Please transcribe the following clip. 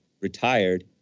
retired